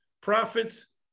prophets